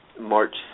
March